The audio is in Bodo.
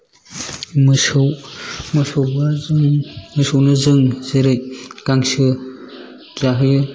मोसौ मोसौनो जों जेरै गांसो जाहोयो